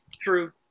True